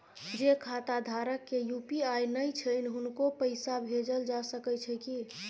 जे खाता धारक के यु.पी.आई नय छैन हुनको पैसा भेजल जा सकै छी कि?